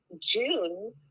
june